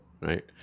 right